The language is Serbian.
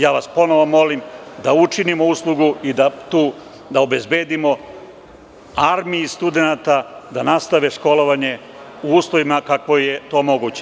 Ja vas ponovo molim da učinimo uslugu i da obezbedimo armiji studenata da nastave školovanje u uslovima kako je to moguće.